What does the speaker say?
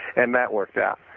and that worked out